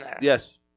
Yes